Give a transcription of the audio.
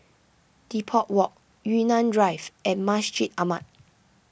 Depot Walk Yunnan Drive and Masjid Ahmad